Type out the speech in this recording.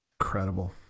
Incredible